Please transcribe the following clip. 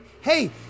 Hey